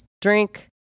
Drink